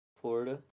Florida